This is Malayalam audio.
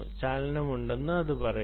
ചലനമുണ്ടെന്ന് ഇത് പറയുന്നു